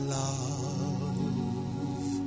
love